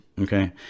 Okay